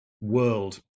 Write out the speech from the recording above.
world